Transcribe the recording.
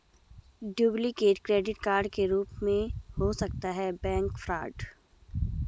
duplicate credit card के रूप में हो सकता है बैंक फ्रॉड